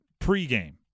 pregame